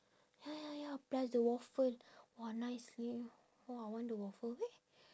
ya ya ya plus the waffle !wah! nice leh !wah! I want the waffle eh